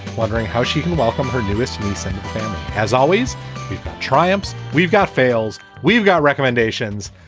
wondering how she can welcome her newest medicine has always triumphs. we've got fails we've got recommendations.